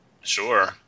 Sure